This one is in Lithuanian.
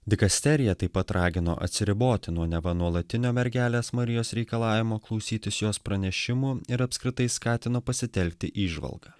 dikasterija taip pat ragino atsiriboti nuo neva nuolatinio mergelės marijos reikalavimo klausytis jos pranešimų ir apskritai skatino pasitelkti įžvalgą